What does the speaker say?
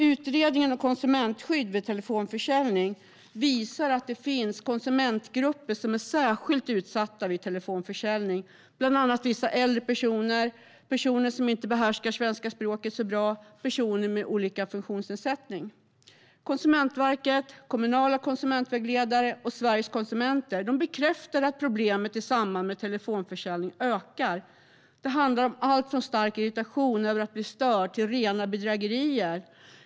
Utredningen om konsumentskydd vid telefonförsäljning visar att det finns konsumentgrupper som är särskilt utsatta vid telefonförsäljning, bland annat vissa äldre personer, personer som inte behärskar svenska språket så bra och personer med olika funktionsnedsättningar. Konsumentverket, kommunala konsumentvägledare och Sveriges Konsumenter bekräftar att problemen i samband med telefonförsäljning ökar. Det handlar om allt från stark irritation över att bli störd till rena bedrägerier.